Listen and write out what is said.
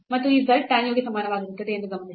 ಮತ್ತು ಈ z tan u ಗೆ ಸಮನಾಗಿರುತ್ತದೆ ಎಂದು ಗಮನಿಸಿ